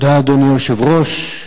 אדוני היושב-ראש,